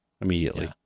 immediately